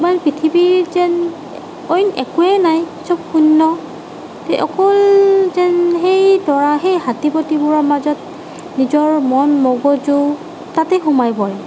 আমাৰ পৃথিৱীত যেন অইন একোৱেই নাই সব শূন্য অকল যেন সেই তৰাহে হাটীপতিবোৰৰ মাজত নিজৰ মন মগজু তাতে সোমাই পৰে